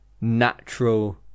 natural